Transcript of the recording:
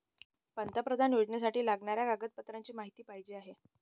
पंतप्रधान योजनेसाठी लागणाऱ्या कागदपत्रांची माहिती पाहिजे आहे